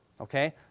Okay